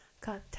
got